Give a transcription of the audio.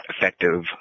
effective